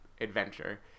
adventure